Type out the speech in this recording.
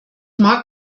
mag